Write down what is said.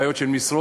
בעיות של משרות.